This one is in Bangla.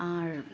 আর